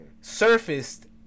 surfaced